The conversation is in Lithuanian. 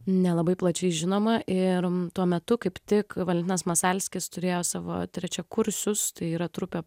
nelabai plačiai žinoma ir tuo metu kaip tik valentinas masalskis turėjo savo trečiakursius tai yra trupė